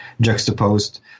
juxtaposed